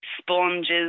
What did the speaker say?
sponges